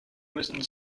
müssen